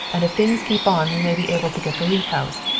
and if things keep on we may be able to get the leete house.